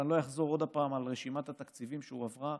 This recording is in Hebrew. ולא אחזור עוד פעם על רשימת התקציבים שהועברה,